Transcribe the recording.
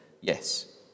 yes